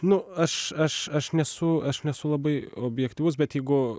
nu aš aš aš nesu aš nesu labai objektyvus bet jeigu